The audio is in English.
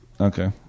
Okay